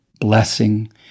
blessing